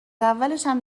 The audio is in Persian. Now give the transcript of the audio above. اولشم